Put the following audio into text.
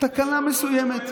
תקלה מסוימת.